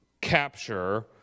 capture